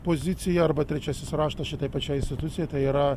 pozicija arba trečiasis raštas šitai pačiai institucijai tai yra